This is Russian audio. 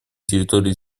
территории